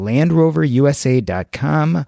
LandRoverUSA.com